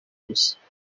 ubusa